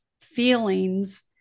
feelings